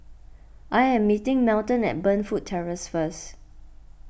I am meeting Melton at Burnfoot Terrace first